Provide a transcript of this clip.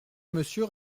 monsieur